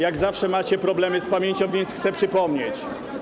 Jak zawsze macie problemy z pamięcią, więc chcę przypomnieć.